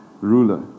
ruler